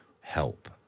help